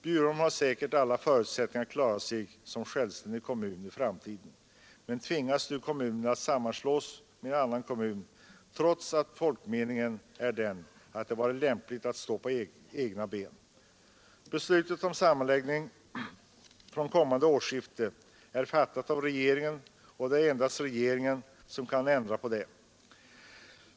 Bjurholm har säkert alla förutsättningar att klara sig som självständig kommun i framtiden, men nu tvingas kommunen att sammanslås med annan kommun, trots att folkmeningen är den att det varit lämpligt att stå på egna ben. Beslutet om sammanläggning från kommande årsskifte är fattat av regeringen och det är endast regeringen som kan ändra på detta.